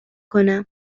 کنم